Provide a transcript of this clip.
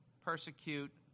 persecute